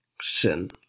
sin